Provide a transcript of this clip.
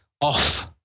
off